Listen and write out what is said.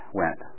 went